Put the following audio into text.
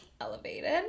elevated